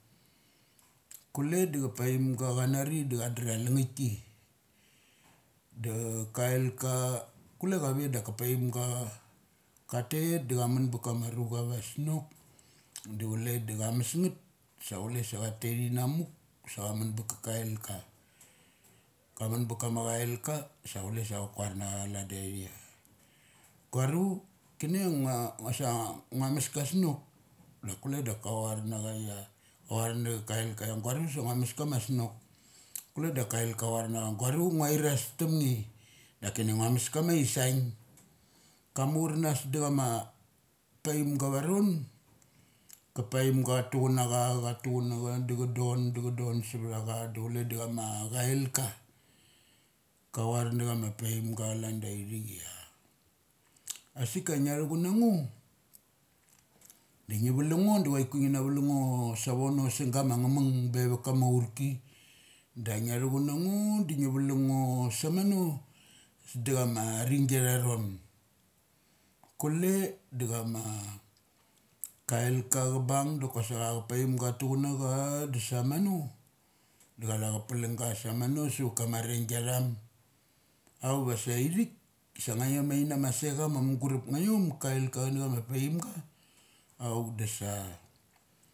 Kule da cha paimga chanari da chadria lalangahki da kai ka kule chave daka paimga katet dak kamun ba kama arucha avasock du chule da cha mesngeth, sa chule sa cha tethin amuk vase au mun baka kail ka. Ka mun ba kama chaika sa kule sa chakaer na cha calan daithikia, gauaru kini ai ngus, nguasa ngua mes ka masok. Dak kule da cha varnas cha ia ka var na kaika ia guaru da ngua meskama snok. Kule da kailka var nacha guaru nguaras thumge. Dakini ngua mas kama isaing. Kam muchares ta chama paimga avaron, ka paimga chatuchun na cha, cha tuchun nacha, da cha don, da cha don sevthecha da chule da chama cailka da chama caika kavar na chama paimga calan daithik ia asik ia ngia thu chunna ngo. dangi valung ngo da chai ku ngi na vlung ngo savono sung gama ngamung be va kama aurki. Da ngia thu chun na ngo da ngi valung ngo samano stick chama arringi atha thon. Kule da chama kail cha chabung da kasa chapaimga che tuchun nacha da sa mano da cathia cha plung ga sammano savat kama arringi athum. Auk va seithik dase ngaiom caina ma sechama mugurap ngaiom, kai ka chana chang paim go auk dasa.